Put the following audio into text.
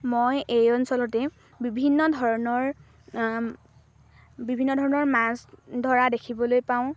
মই এই অঞ্চলতেই বিভিন্ন ধৰণৰ বিভিন্ন ধৰণৰ মাছ ধৰা দেখিবলৈ পাওঁ